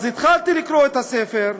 אז התחלתי לקרוא את הספר,